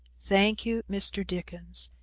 thank you, mr. dickens,